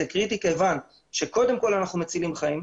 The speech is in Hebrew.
זה קריטי כיוון שקודם כל אנחנו מצילים חיים.